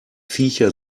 viecher